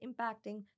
impacting